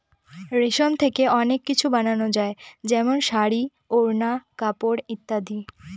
রেশম থেকে অনেক কিছু বানানো যায় যেমন শাড়ী, ওড়না, কাপড় ইত্যাদি